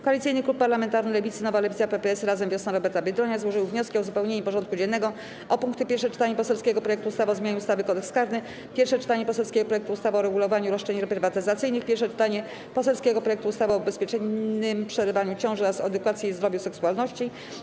Koalicyjny Klub Parlamentarny Lewicy (Nowa Lewica, PPS, Razem, Wiosna Roberta Biedronia) złożył wnioski o uzupełnienie porządku dziennego o punkty: - pierwsze czytanie poselskiego projektu ustawy o zmianie ustawy - Kodeks karny, - pierwsze czytanie poselskiego projektu ustawy o uregulowaniu roszczeń reprywatyzacyjnych, - pierwsze czytanie poselskiego projektu ustawy o bezpiecznym przerywaniu ciąży oraz o edukacji o zdrowiu i seksualności.